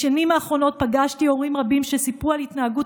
בשנים האחרונות פגשתי הורים רבים שסיפרו על התנהגות